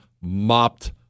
mopped